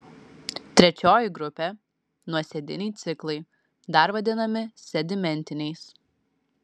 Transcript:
trečioji grupė nuosėdiniai ciklai dar vadinami sedimentiniais